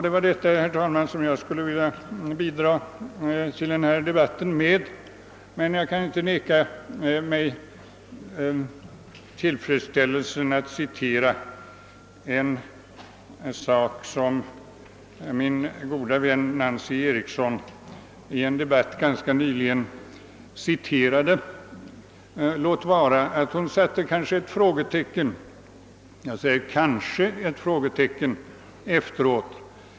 Det var detta, herr talman, som jag ville bidra med i debatten. Jag kan emellertid inte neka mig tillfredsställelsen att upprepa någonting som min goda vän Nancy Eriksson i en annan debatt ganska nyligen citerade, låt vara att hon kanske satte ett frågetecken — jag säger kanske ett frågetecken — efteråt.